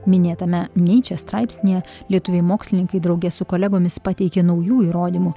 minėtame niche straipsnyje lietuviai mokslininkai drauge su kolegomis pateikė naujų įrodymų